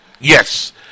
Yes